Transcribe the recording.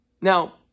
Now